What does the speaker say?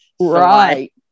right